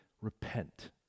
repent